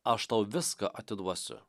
aš tau viską atiduosiu